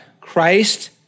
Christ